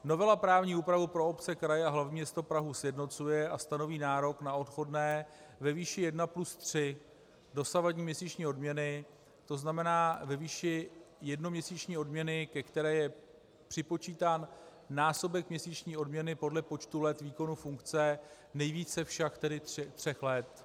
Novela právní úpravu pro obce, kraje a hlavní město Prahu sjednocuje a stanoví nárok na odchodné ve výši 1+3 dosavadní měsíční odměny, tzn. ve výši jednoměsíční odměny, ke které je přepočítán násobek měsíční odměny podle počtu let výkonu funkce, nejvíce však tedy tří let.